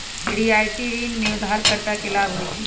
रियायती ऋण में उधारकर्ता के लाभ होइ छइ